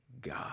god